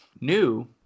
new